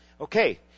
okay